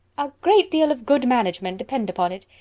a great deal of good management, depend upon it.